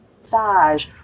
massage